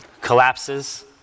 collapses